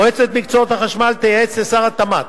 מועצת מקצועות החשמל תייעץ לשר התמ"ת